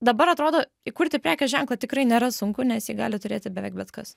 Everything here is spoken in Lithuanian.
dabar atrodo įkurti prekės ženklą tikrai nėra sunku nes jį gali turėti beveik bet kas